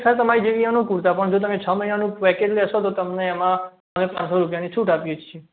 sir તમારી જેવી અનુકૂળતા પણ જો તમે છ મહિનાનું પેકેજ લેશો તો તમને એમાં અમે પાંચસો રૂપિયાની છૂટ આપીએ છીએ